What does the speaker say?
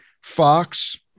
Fox